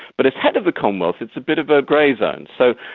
but as head of the commonwealth it's a bit of a grey zone so,